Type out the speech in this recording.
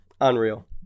unreal